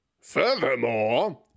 Furthermore